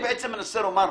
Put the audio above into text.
ככה: